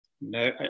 No